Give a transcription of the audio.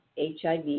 HIV